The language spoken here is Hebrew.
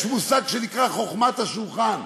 יש מושג שנקרא "חוכמת השולחן".